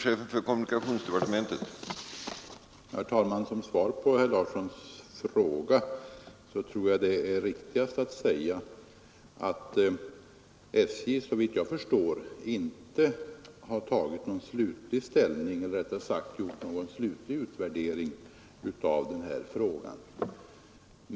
Herr talman! På herr Larssons i Umeå fråga vill jag svara att SJ såvitt jag förstår inte gjort någon slutlig utvärdering av utredningen.